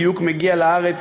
בדיוק מגיע לארץ,